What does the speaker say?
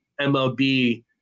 mlb